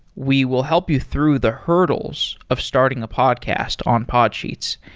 we will help you through the hurdles of starting a podcast on podsheets.